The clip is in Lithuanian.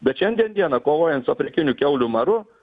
bet šiandien dieną kovojant su afrikiniu kiaulių maru